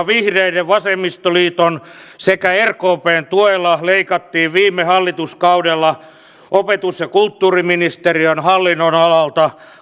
vihreiden vasemmistoliiton sekä rkpn tuella leikattiin viime hallituskaudella opetus ja kulttuuriministeriön hallinnonalalta